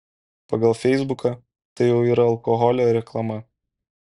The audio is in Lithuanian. pagal feisbuką tai jau yra alkoholio reklama